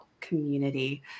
community